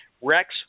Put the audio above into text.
Rex